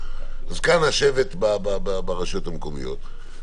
זקן השבט ברשויות המקומיות,